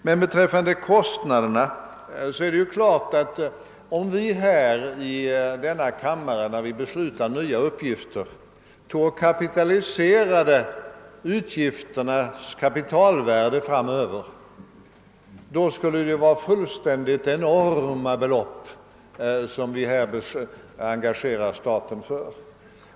Vad beträffar kostnaderna vill jag säga alt om vi när vi i denna kammare beslutar om nya utgifter kapitaliserade de framtida utgifterna, skulle det innebära att vi engagerade staten för fullständigt enorma belopp.